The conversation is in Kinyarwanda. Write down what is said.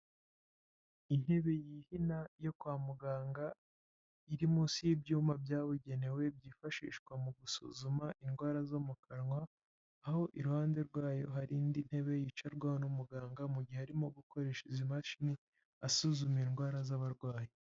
Intebe yihina yo kwa muganga, iri munsi y'ibyuma byabugenewe, byifashishwa mu gusuzuma indwara zo mu kanwa, aho iruhande rwayo hari indi ntebe yicarwaho n'umuganga, mu gihe arimo gukoresha izi mashini, asuzuma indwara z'abarwayi.